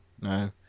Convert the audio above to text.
no